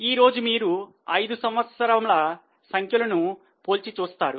ఈరోజు మీరు ఐదు సంవత్సరముల సంఖ్యలను పోల్చి చూస్తారు